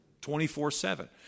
24-7